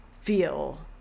feel